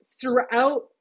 throughout